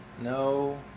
No